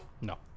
No